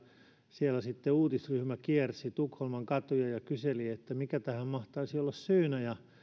siellä sitten uutisryhmä kiersi tukholman katuja ja kyseli mikä tähän mahtaisi olla syynä